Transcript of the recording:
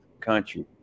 Country